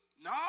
No